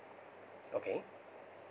okay